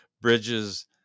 bridges